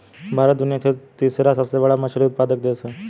भारत दुनिया का तीसरा सबसे बड़ा मछली उत्पादक देश है